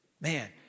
Man